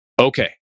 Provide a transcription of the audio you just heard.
Okay